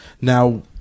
Now